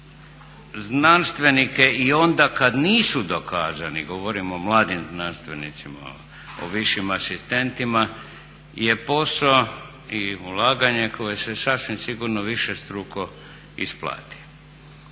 znanstvenike i onda kada nisu dokazani, govorimo o mladim znanstvenicima, o višim asistentima je posao i ulaganje koje se sasvim sigurno višestruko isplati.